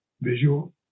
visual